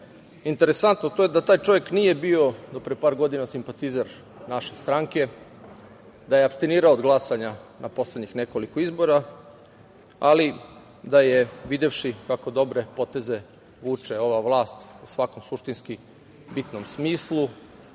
interesantno to je da taj čovek nije bio do pre par godina simpatizer naše stranke, da je apstinirao od glasanja na poslednjih nekoliko izbora, ali da je videvši kako dobre poteze vuče ova vlast u svakom suštinskim bitnom smislu